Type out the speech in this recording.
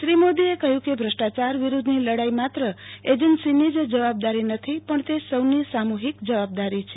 શ્રી મોદીએ કહ્યું કે ભ્રષ્ટાચાર વિરૂદ્વની લડાઈ માત્ર એજન્સીની જ જવાબદારી નથી પણ તે સૌની સામૂહીક જવાબદારી છે